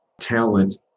talent